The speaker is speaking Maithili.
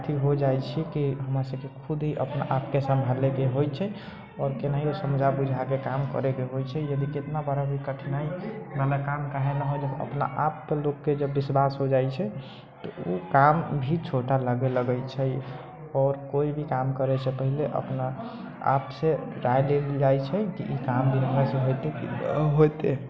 अथी हो जाइ छी की हमरा सबके खुद ही अपना आपके सम्भालयके होइ छै आओर केनाहियो समझा बुझाके काम करैके होइ छै यदि कितना बड़ा भी कठिनाइ हमरा काम काहे ना होइ अपना आपके लोकके विश्वास हो जाइ छै तऽ ओ काम भी छोटा लागै लगै छै आओर कोई भी काम करैसँ पहिले अपना आपसँ राय लेल जाइ छी की ई काम भी हमरासँ होयतै